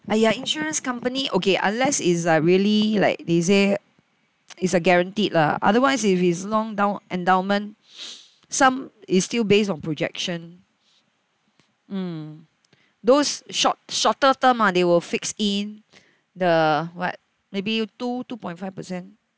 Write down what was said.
!aiya! insurance company okay unless is like really like they say it's a guaranteed lah otherwise if is long down endowment some is still based on projection mm those short shorter term ah they will fix in the what maybe two two point five percent